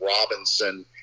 Robinson